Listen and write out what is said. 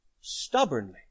stubbornly